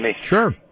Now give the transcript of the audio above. Sure